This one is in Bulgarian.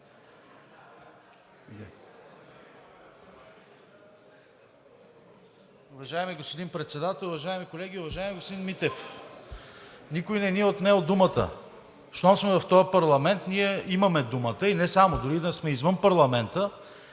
Уважаеми господин Председател, уважаеми колеги! Уважаеми господин Митев, никой не ни е отнел думата. Щом сме в този парламент, ние имаме думата. И не само, дори да сме извън парламента,